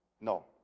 No